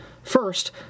First